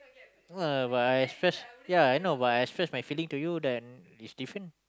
uh but I express ya I know but I express my feeling to you that is different